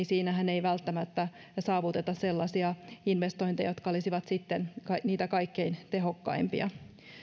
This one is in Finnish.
siinähän ei välttämättä saavuteta sellaisia investointeja jotka olisivat niitä kaikkein tehokkaimpia